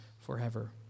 forever